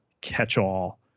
catch-all